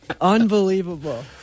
Unbelievable